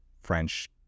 French